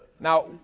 Now